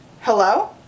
hello